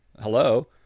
Hello